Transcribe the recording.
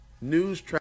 News